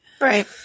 Right